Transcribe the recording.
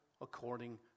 according